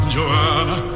Joanna